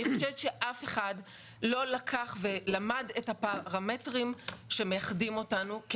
אני חושבת שאף אחד לא לקח ולמד את הפרמטרים שמאחדים אותנו כי